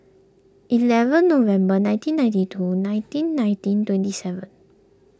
eleven November nineteen ninety two nineteen nineteen twenty seven